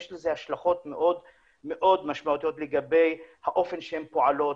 יש לזה השלכות מאוד משמעותיות לגבי האופן שהן פועלות,